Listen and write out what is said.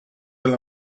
del